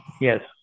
Yes